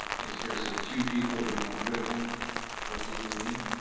think it's fair to say few people have been more critical of you than me